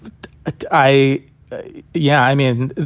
ah i yeah i mean,